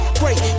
great